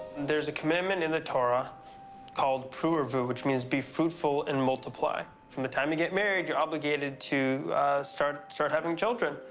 there's a commitment in the torah called peru u'revu, which means be fruitful and multiply. from the time you get married, you're obligated to start start having children.